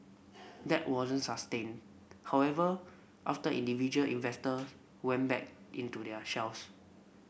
that wasn't sustained however after individual investors went back into their shells